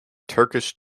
turkish